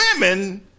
women